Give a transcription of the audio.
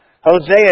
Hosea